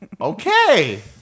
Okay